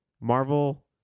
Marvel